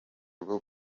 rwo